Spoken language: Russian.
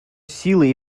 силы